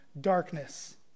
darkness